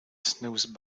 snooze